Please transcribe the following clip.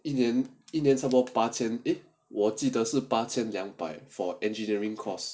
一年一年差不多八千 eh 我记得是八千两百 four engineering course